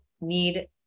need